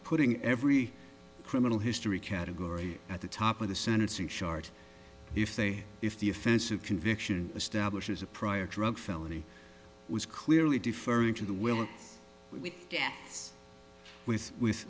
putting every criminal history category at the top of the sentencing chart if they if the offensive conviction establishes a prior truck felony was clearly deferring to the wi